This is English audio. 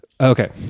Okay